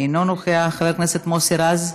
אינו נוכח, חבר הכנסת מוסי רז,